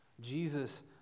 Jesus